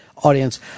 audience